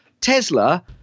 Tesla